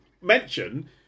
mention